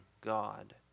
God